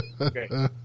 Okay